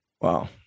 Wow